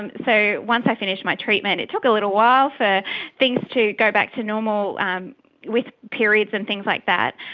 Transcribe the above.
and so once i finished my treatment, it took a little while for things to go back to normal with periods and things like that,